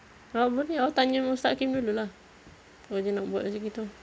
kalau boleh awak tanya ustaz hakeem dulu lah kalau dia nak buat macam gitu